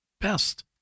best